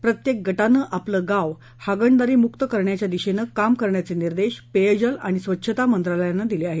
प्रत्येक गटानं आपलं गाव हगणदारी मुक्त करण्याच्या दिशेनं काम करण्याचे निर्देश पेयजल आणि स्वच्छता मंत्रालयानं दिले आहेत